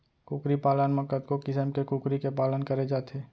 कुकरी पालन म कतको किसम के कुकरी के पालन करे जाथे